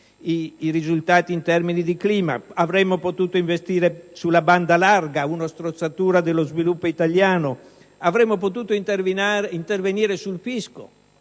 risultati in termini di clima); avremmo potuto investire sulla banda larga (una strozzatura dello sviluppo italiano); oppure sul fisco